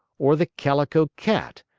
or the calico cat,